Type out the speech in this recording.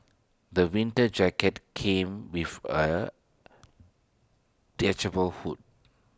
the winter jacket came with A detachable hood